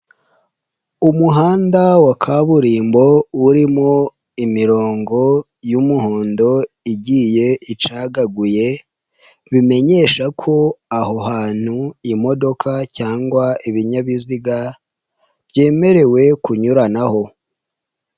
Umuhanda wa kaburimbo, urimo imirongo y'umuhondo igiye icagaguye, bimenyesha ko aho hantu imodoka cyangwa ibinyabiziga byemerewe kunyuranaho.